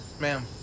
ma'am